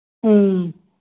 ꯎꯝ